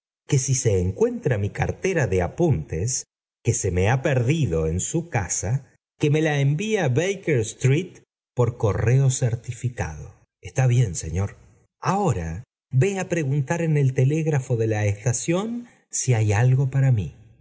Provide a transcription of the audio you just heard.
que si sé encuentra mi cartera de apuntos quo se me lia perdido en su casa que me la envíe á maker street por correo certificado está bien señor ilhora vé á preguntar en el telégrafo de la estación si hay algo para mí